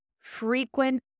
frequent